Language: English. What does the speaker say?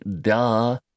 duh